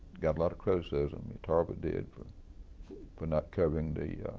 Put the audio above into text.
got a lot of criticism, tarver did for for not covering the